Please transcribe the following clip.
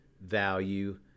value